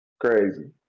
Crazy